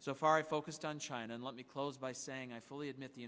so far focused on china and let me close by saying i fully admit the